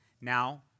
Now